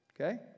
Okay